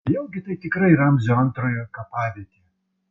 nejaugi tai tikrai ramzio antrojo kapavietė